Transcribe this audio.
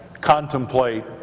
contemplate